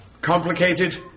complicated